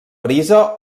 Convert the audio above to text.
brisa